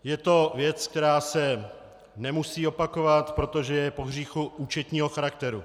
Je to věc, která se nemusí opakovat, protože je pohříchu účetního charakteru.